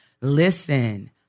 Listen